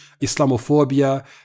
Islamophobia